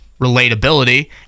relatability